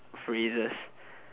phrases